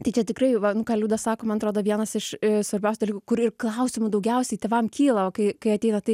tai čia tikrai va nu ką liudas sako man atrodo vienas iš svarbiausių dalykų kur ir klausimų daugiausiai tėvam kyla o kai kai ateina tai